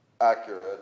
Accurate